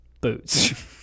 boots